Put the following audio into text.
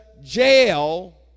jail